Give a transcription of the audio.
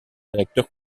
réacteur